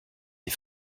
des